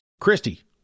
Christy